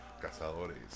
Cazadores